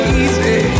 easy